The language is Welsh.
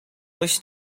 does